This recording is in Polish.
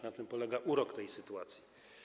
Na tym polega urok tej sytuacji.